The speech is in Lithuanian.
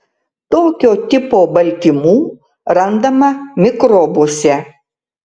tokio tipo baltymų randama mikrobuose